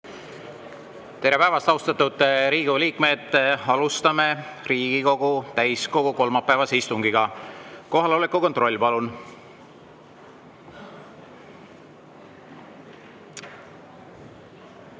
Tere päevast, austatud Riigikogu liikmed! Alustame Riigikogu täiskogu kolmapäevast istungit. Kohaloleku kontroll, palun!